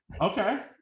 Okay